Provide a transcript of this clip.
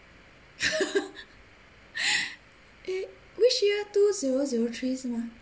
which year two zero zero three 是吗